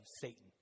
Satan